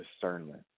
discernment